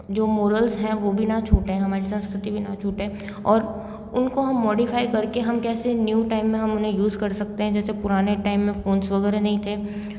जो मोरल्स हैं वो भी न छूटें हमारी संस्कृति भी न छूटे और उनको हम मोडिफाई करके हम कैसे न्यू टाइम में हम उन्हें यूज़ कर सकते हैं जैसे पुराने टाइम में फोन्स वगैरह नहीं थे